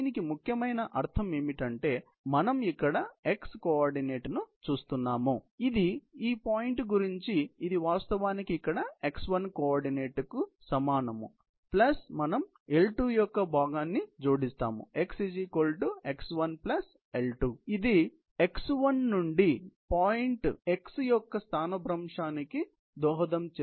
దీనికి ముఖ్యమైన అర్థం ఏమిటంటే మనం ఇక్కడ x కోఆర్డినేట్ ను చూస్తున్నాము ఇది ఈ పాయింట్ గురించి ఇది వాస్తవానికి ఇక్కడ x1 కోఆర్డినేట్కు సమానం ప్లస్ మనం L2 యొక్క భాగాన్ని జోడిస్తాము x x 1 L2 ఇది x 1 నుండి పాయింట్ x యొక్క స్థానభ్రంశానికి దోహదం చేస్తుంది ఇది L2 cosθ